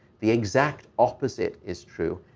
the exact opposite is true.